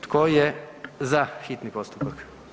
Tko je za hitni postupak?